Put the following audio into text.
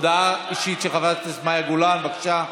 הודעה אישית של חברת הכנסת מאי גולן, בבקשה.